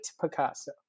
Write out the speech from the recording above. Picasso